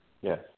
Yes